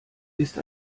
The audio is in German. ist